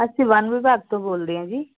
ਅਸੀਂ ਵਨ ਵਿਭਾਗ ਤੋਂ ਬੋਲਦੇ ਹਾਂ ਜੀ